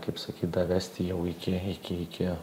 kaip sakyt davesti jau iki iki iki